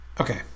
Okay